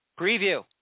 preview